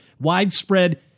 widespread